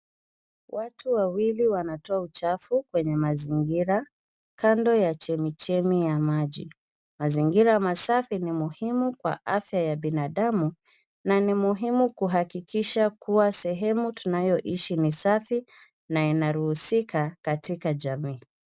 Watu wawili wanatoa uchafu kwenye mazingira kando ya chemichemi ya maji. Mazingira masafi ni muhimu kwa afya ya binadamu na ni muhimu kuhakikisha kuwa sehemu tunayoishi ni safi na inaruhusika katika jamii.